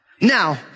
Now